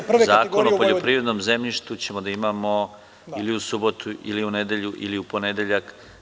Gospodine Božoviću, Zakon o poljoprivrednom zemljištu ćemo da imamo ili u subotu ili u nedelju ili u ponedeljak.